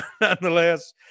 nonetheless